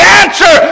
answer